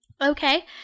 Okay